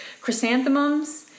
chrysanthemums